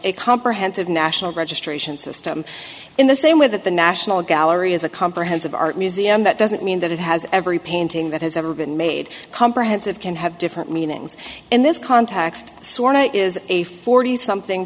a comprehensive national registration system in the same way that the national gallery is a comprehensive art museum that doesn't mean that it has every painting that has ever been made comprehensive can have different meanings in this context sorta is a forty something